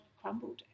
crumbled